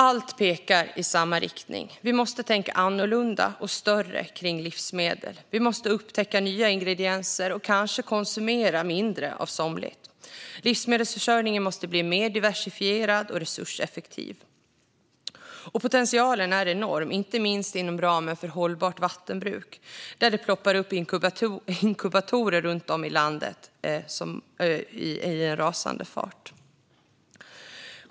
Allt pekar i samma riktning: Vi måste tänka annorlunda och större kring livsmedel. Vi måste upptäcka nya ingredienser och kanske konsumera mindre av somligt. Livsmedelsförsörjningen måste bli mer diversifierad och resurseffektiv. Potentialen är enorm, inte minst inom ramen för hållbart vattenbruk, där inkubatorer ploppar upp runt om i landet i rasande fart.